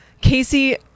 Casey